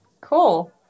Cool